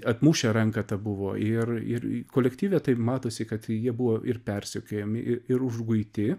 atmušę ranką tą buvo ir ir kolektyve tai matosi kad jie buvo ir persekiojami ir užguiti